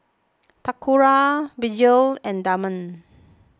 Toccara Vergil and Damon